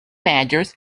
managers